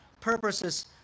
purposes